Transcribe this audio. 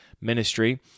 ministry